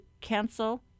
cancel